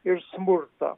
ir smurtą